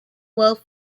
wolf